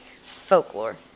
folklore